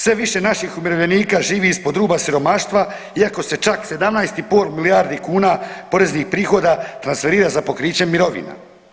Sve više naših umirovljenika živi ispod ruba siromaštva iako se čak 17 i pol milijardi kuna poreznih prihoda transferira za pokriće mirovina.